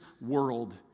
world